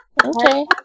Okay